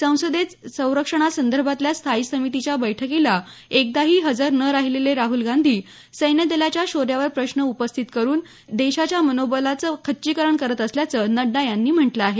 संसदेत संरक्षणासंदर्भातल्या स्थायी समितीच्या बैठकीला एकदाही हजर न राहिलेले राहुल गांधी सैन्य दलाच्या शौर्यावर प्रश्न उपस्थित करून देशाच्या मनोबलाचं खच्चीकरण करत असल्याचं नड्डा यांनी म्हटलं आहे